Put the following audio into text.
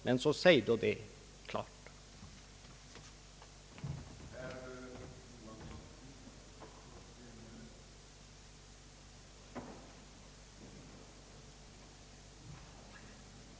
Men säg då det klart ut.